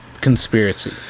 Conspiracy